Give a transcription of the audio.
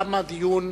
תם הדיון